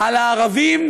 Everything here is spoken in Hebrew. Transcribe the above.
על הערבים,